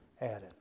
added